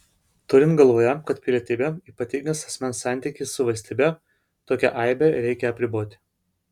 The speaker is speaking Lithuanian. turint galvoje kad pilietybė ypatingas asmens santykis su valstybe tokią aibę reikia apriboti